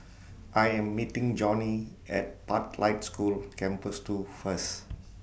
I Am meeting Johnnie At Pathlight School Campus two First